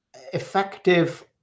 effective